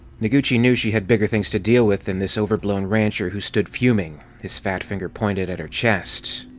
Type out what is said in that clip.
noguchi knew she had bigger things to deal with than this overblown rancher who stood fuming, his fat finger pointed at her chest.